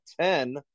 ten